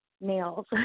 nails